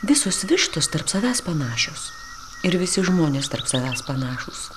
visos vištos tarp savęs panašios ir visi žmonės tarp savęs panašūs